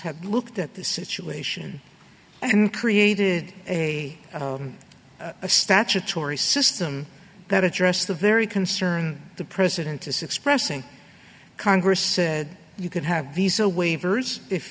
had looked at the situation and created a statutory system that addressed the very concern the president is expressing congress said you could have visa waivers if